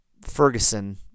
Ferguson